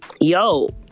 Yo